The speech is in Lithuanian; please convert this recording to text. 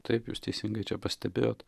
taip jūs teisingai pastebėjot